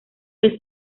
que